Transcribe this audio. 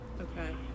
Okay